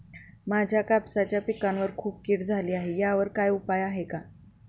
माझ्या कापसाच्या पिकावर खूप कीड झाली आहे यावर काय उपाय आहे का?